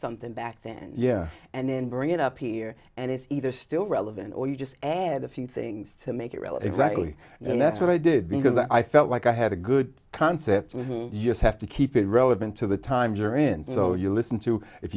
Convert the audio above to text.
something back then yeah and then bring it up here and it's either still relevant or you just add a few things to make it real exactly and that's what i did because i felt like i had a good concept just have to keep it relevant to the times you're in so you listen to if